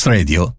Radio